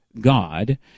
God